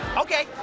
Okay